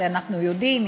שאנחנו יודעים,